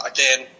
Again